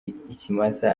ikimasa